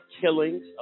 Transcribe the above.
killings